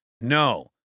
No